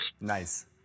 Nice